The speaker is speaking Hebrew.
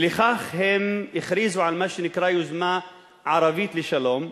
ולשם כך הם הכריזו על מה שנקרא: יוזמה ערבית לשלום,